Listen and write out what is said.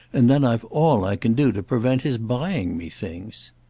and then i've all i can do to prevent his buying me things.